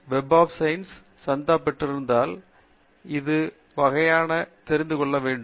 web of science சந்தா பெற்றிருந்தால் அது எந்த வகையானது என்று தெரிந்து கொள்ளவேண்டும்